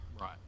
Right